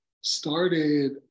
started